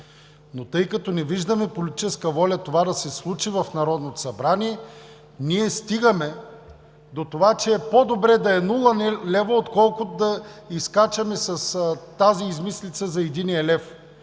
но тъй като не виждаме политическа воля това да се случи в Народното събрание, ние стигаме до това, че е по-добре да е нула лева, отколкото да излизаме с измислицата за единия лев,